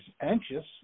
anxious